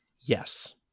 Yes